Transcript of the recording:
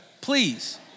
please